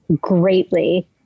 greatly